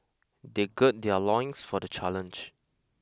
they gird their loins for the challenge